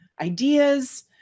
ideas